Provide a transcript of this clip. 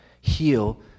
heal